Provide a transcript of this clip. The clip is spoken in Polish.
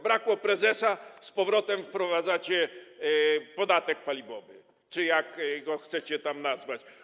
Brakło prezesa i z powrotem wprowadzacie podatek paliwowy czy jak go tam chcecie nazwać.